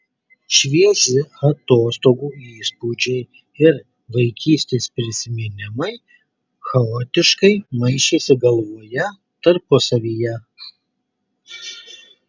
švieži atostogų įspūdžiai ir vaikystės prisiminimai chaotiškai maišosi galvoje tarpusavyje